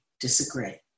disagree